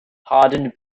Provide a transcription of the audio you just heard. harden